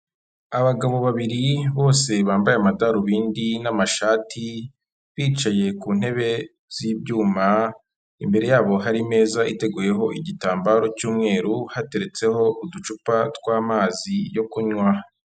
Abagabo babiri bose bambaye amadarubindi n'amashati bicaye ku ntebe z'ibyuma imbere yabo hari imeza iteguyeho igitambaro cy'umweru hateretseho uducupa tw'amazi yo kunywa.